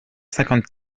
cinquante